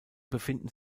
befinden